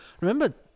Remember